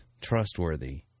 trustworthy